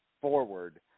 forward